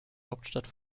hauptstadt